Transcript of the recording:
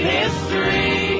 history